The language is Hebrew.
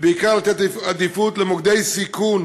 ובעיקר לתת עדיפות למוקדי סיכון